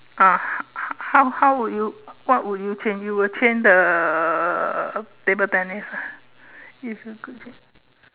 ah h~ h~ how how would you what would you change you will change the table tennis ah if you could change